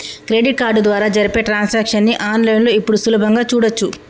credit card ద్వారా జరిపే transactions ని ఆన్ లైన్ లో ఇప్పుడు సులభంగా చూడచ్చు